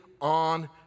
on